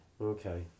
Okay